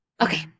Okay